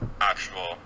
actual